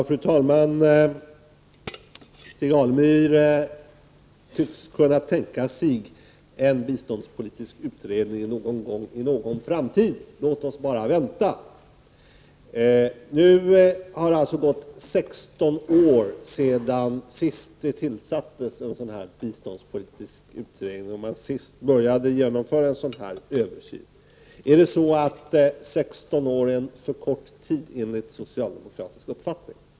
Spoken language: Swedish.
Fru talman! Stig Alemyr tycks kunna tänka sig en biståndspolitisk 19 april 1989 utredning någon gång i någon framtid. Låt oss bara vänta. Nu har det alltså gått 16 år sedan det senast tillsattes en biståndspolitisk utredning och man senast började genomföra en översyn. Är 16 år en för kort tid enligt socialdemokratisk uppfattning?